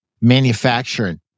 manufacturing